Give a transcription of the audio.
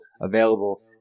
available